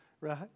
Right